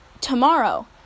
tomorrow